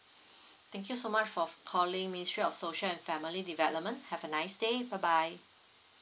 thank you so much for calling ministry of social and family development have a nice day bye bye